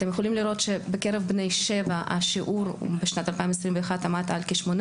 אתם יכולים לראות שבקרב בני שבע השיעור בשנת 2021 עמד על כ-8%.